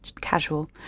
casual